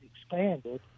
expanded